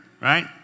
right